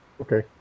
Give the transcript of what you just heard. Okay